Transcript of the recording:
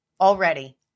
already